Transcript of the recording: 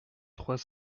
trois